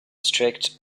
strict